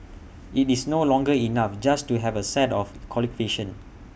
IT is no longer enough just to have A set of